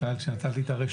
מכיוון שנתת לי את הרשות,